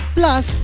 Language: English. plus